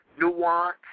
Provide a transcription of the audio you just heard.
nuance